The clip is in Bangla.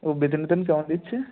ও বেতন টেতন কেমন দিচ্ছে